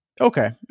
Okay